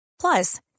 Plus